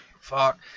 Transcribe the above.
fuck